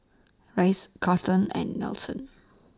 Rice Charlton and Nelson